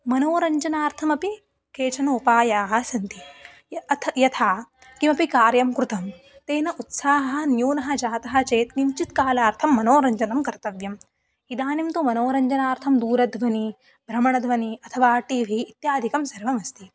मनोरञ्जनार्थमपि केचन उपायाः सन्ति य् अतः यथा किमपि कार्यं कृतं तेन उत्साहः न्यूनः जातः चेत् किञ्चित् कालार्थं मनोरञ्जनं कर्तव्यम् इदानीं तु मनोरञ्जनार्थं दूरध्वनिः भ्रमणध्वनिः अथवा टि वि इत्यादिकं सर्वमस्ति